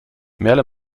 merle